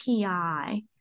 PI